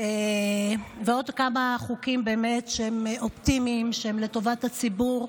ועוד כמה חוקים שהם אופטימיים, שהם לטובת הציבור.